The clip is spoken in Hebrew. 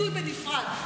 ביטוי בנפרד.